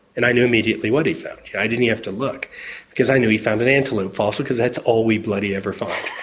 and i knew immediately what he'd found, yeah i didn't have to look because i knew he'd found an antelope fossil because that's all we bloody ever find.